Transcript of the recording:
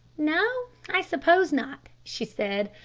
no, i suppose not, she said.